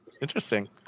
interesting